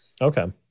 Okay